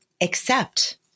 accept